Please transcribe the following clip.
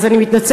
אז אני מתנצלת.